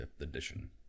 edition